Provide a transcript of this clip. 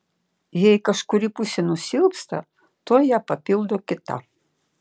jei kažkuri pusė nusilpsta tuoj ją papildo kita